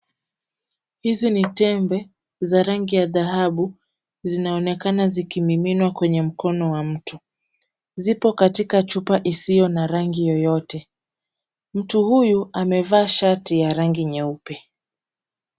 Hizi ni tembe za rangi ya dhahabu, zinaonekana zikimiminwa kwenye mkono wa mtu. Zipo katika chupa isiyo na rangi yoyote, mtu huyu amevaa shati ya rangi nyeupe.